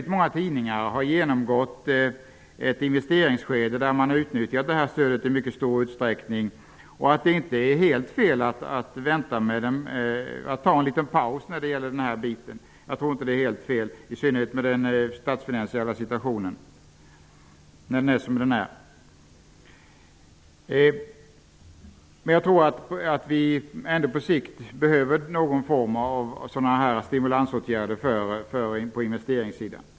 Många tidningar har genomgått ett investeringsskede, där man i mycket stor utsträckning har utnyttjat detta stöd, och det är därför inte helt fel att ta en liten paus på detta område, i synnerhet med tanke på den statsfinansiella situation som vi har. Men jag tror att vi ändå på sikt kommer att behöva någon form av sådana här stimulansåtgärder på investeringssidan.